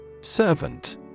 Servant